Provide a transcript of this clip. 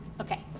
Okay